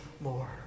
more